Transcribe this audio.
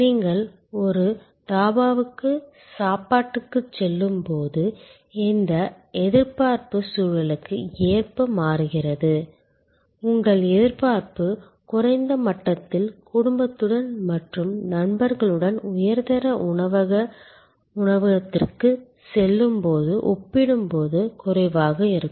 நீங்கள் ஒரு தாபாவுக்கு சாப்பாட்டுக்குச் செல்லும் போது இந்த எதிர்பார்ப்பு சூழலுக்கு ஏற்ப மாறுகிறது உங்கள் எதிர்பார்ப்பு குறைந்த மட்டத்தில் குடும்பத்துடன் மற்றும் நண்பர்களுடன் உயர்தர உணவக உணவகத்திற்குச் செல்லும்போது ஒப்பிடும்போது குறைவாக இருக்கும்